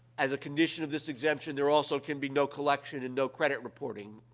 as a condition of this exemption, there also can be no collection and no credit reporting